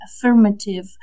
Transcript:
affirmative